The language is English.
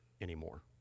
anymore